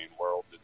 world